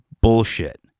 Bullshit